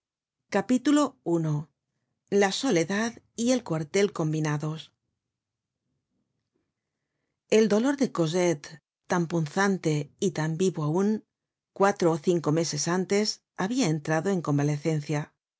at i la soledad y el cuartel combinados el dolor de cosette tan punzante y tan vivo aun cuatro ó cinco meses antes habiaentrado en convalecencia